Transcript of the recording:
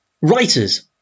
Writers